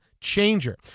changer